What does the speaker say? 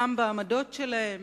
גם בעמדות שלהם.